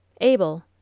Abel